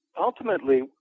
ultimately